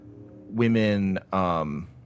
women